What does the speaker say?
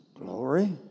Glory